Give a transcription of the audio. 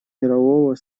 мирового